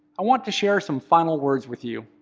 i want to share some final words with you.